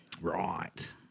Right